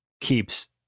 keeps